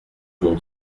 monde